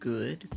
Good